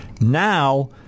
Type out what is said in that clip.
Now